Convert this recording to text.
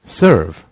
serve